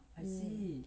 mm